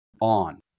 on